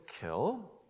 kill